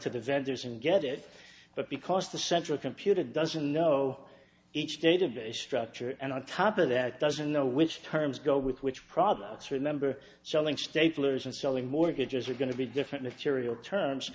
to the vendors and get it but because the central computer doesn't know each database structure and on top of that doesn't know which terms go with which problem it's remember selling staplers and selling mortgages are going to be different material terms